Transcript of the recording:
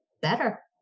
better